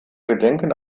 gedenken